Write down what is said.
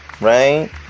right